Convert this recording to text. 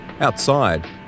Outside